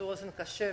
ימצאו אוזן קשבת